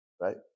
right